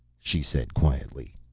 she said quietly.